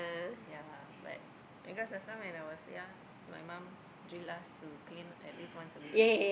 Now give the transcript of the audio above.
ya but because last time when I was young my mum drill us to clean at least once a week